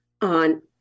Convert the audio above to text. on